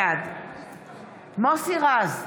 בעד מוסי רז,